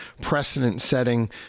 precedent-setting